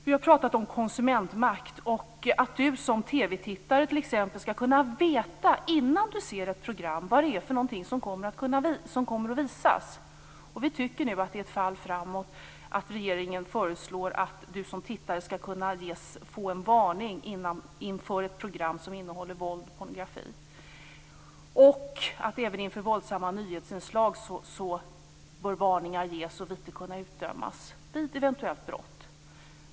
Vi har pratat om konsumentmakt och om att man som TV-tittare t.ex. skall kunna veta innan man ser ett program vad det är som kommer att visas. Vi tycker att det är ett fall framåt att regeringen nu föreslår att du som tittare skall kunna få en varning inför ett program som innehåller våld och pornografi. Även inför våldsamma nyhetsinslag bör varningar ges och vite kunna utdömas vid eventuellt brott.